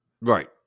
Right